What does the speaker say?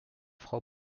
frau